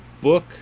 book